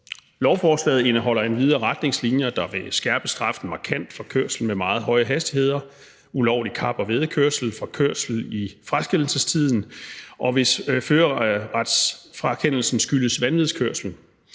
Lovforslaget indeholder endvidere retningslinjer, der vil skærpe straffen markant for kørsel med meget høje hastigheder, ulovlig kap- og væddekørsel, kørsel i fraskillelsestiden, og hvis førerretsfrakendelsen skyldes vanvidskørsel.